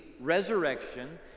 resurrection